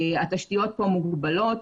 התשתיות פה מוגבלות.